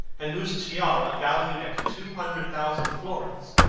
and whose tiara, valued at two hundred thousand florins,